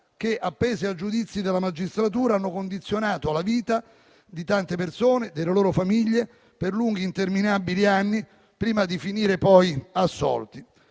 che, appese al giudizio della magistratura, hanno condizionato la vita di molte persone e delle loro famiglie, per lunghi e interminabili anni, prima di finire poi assolti.